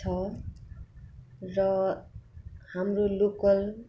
छ र हाम्रो लोकल